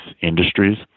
industries